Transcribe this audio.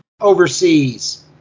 overseas